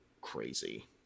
crazy